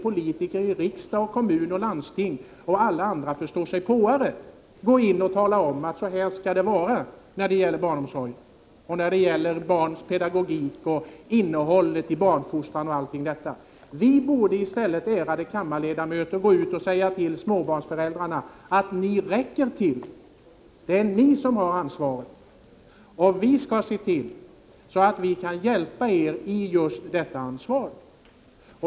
Politiker i riksdag, kommuner och landsting och alla andra förståsigpåare måste tala om att så här skall det vara när det gäller barnomsorg, barns pedagogik och innehållet i barns fostran. Jag menar däremot att vi inte skall säga till småbarnsföräldrarna att ”ni räcker inte till”. Vi borde i stället säga till dem att ”ni räcker till, det är ni som har ansvaret och vi skall se till att vi kan hjälpa er i detta ansvar”.